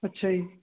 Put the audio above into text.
ਅੱਛਾ ਜੀ